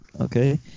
okay